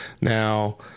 now